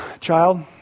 child